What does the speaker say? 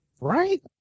Right